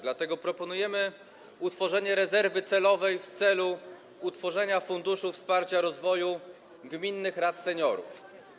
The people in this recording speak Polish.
Dlatego proponujemy utworzenie rezerwy celowej w celu utworzenia funduszu wsparcia rozwoju gminnych rad seniorów.